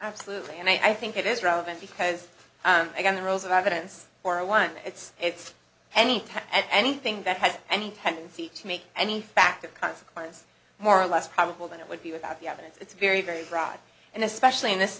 absolutely and i think it is relevant because again the rules of evidence for one it's it's any and anything that has any tendency to make any fact of consequence more or less probable than it would be without the evidence it's very very broad and especially in this